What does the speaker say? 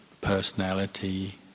personality